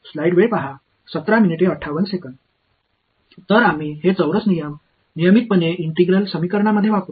तर आम्ही हे चौरस नियम नियमितपणे इंटिग्रल समीकरणामध्ये वापरु